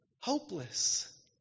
hopeless